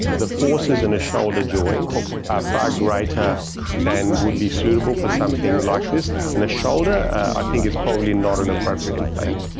the forces in a shoulder joint are far greater than would be suitable for something like this. in the shoulder i think it's probably not an appropriate implant.